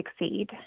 succeed